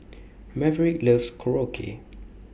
Maverick loves Korokke